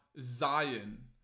Zion